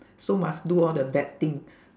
so must do all the bad thing